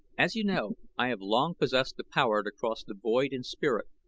as you know i have long possessed the power to cross the void in spirit,